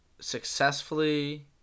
successfully